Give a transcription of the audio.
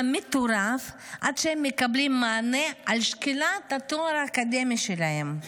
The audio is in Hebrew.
מטורף עד שהם מקבלים מענה על שקילת התואר האקדמי שלהם.